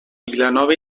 vilanova